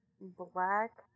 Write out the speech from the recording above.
black